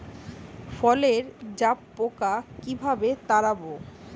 ফসলে জাবপোকা কিভাবে তাড়াব?